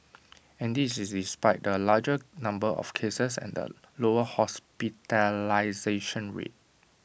and this is despite the larger number of cases and the lower hospitalisation rate